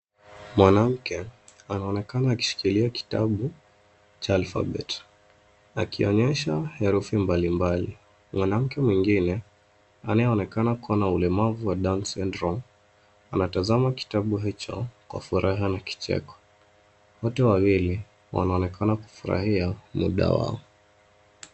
Mwanamke anaonekana akishikilia kitabu cha alphabet akionyesha herufi mbalimbali. Mwanamke mwingine anayeonekana kuwa na ulemavu wa Down syndrome anatazama kitabu hicho kwa furaha na kicheko. Wote wawili wanaonekana kufurahia muda wao.